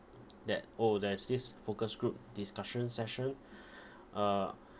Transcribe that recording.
that oh there's this focus group discussion session uh